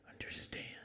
understand